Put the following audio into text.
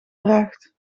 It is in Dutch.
draagt